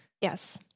Yes